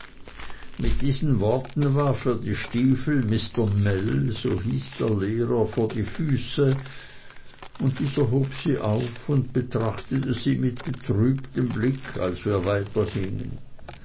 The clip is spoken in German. mit diesen worten warf er die stiefel mr mell so hieß der lehrer vor die füße und dieser hob sie auf und betrachtete sie mit betrübtem blick als wir